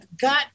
got